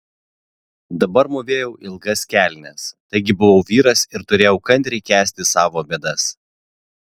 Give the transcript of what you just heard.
dabar mūvėjau ilgas kelnes taigi buvau vyras ir turėjau kantriai kęsti savo bėdas